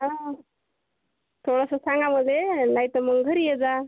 हा थोडंसं सांगा मला नाही तर मग घरी येजा